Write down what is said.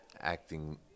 acting